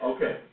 Okay